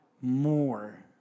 more